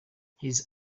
his